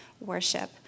worship